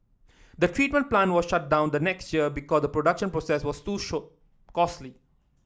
the treatment plant was shut down the next year because the production process was too short costly